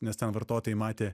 nes ten vartotojai matė